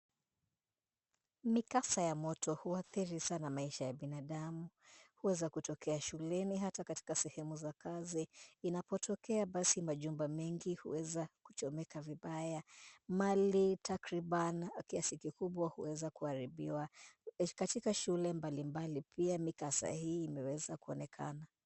Mikasa ya moto huathiri sana maisha ya binadamu. Huweza kutokea shuleni hata katika sehemu za kazi. Inapotokea basi majumba mengi huweza kuchomeka vibaya. Mali takriban kiasi kikubwa huweza kuharibiwa, katika shule mbalimbali pia mikasa hii imeweza kuonekana.